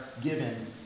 given